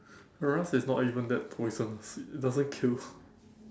rust is not even that poisonous it doesn't kill